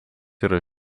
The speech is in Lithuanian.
yra